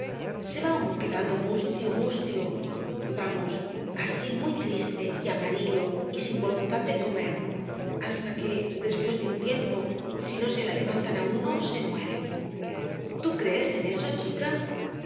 se va uno quedando mustio mustio vamos así muy triste y amarillo y sin voluntad de comer hasta que después de algún tiempo si no se la levantan á uno se muere tú crees en eso chica